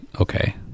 okay